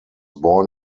born